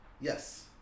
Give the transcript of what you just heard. Yes